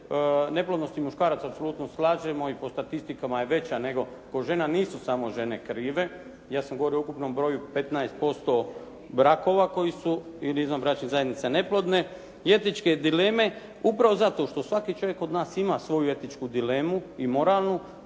neplodnosti muškaraca apsolutno se slažemo i po statistikama je veća nego kod žena, nisu samo žene krive. Ja sam govorio o ukupnom broju 15% brakova koji su ili izvanbračnih zajednica neplodne. I etičke dileme upravo zato što svaki čovjek kod nas ima svoju etičku dilemu i moralnu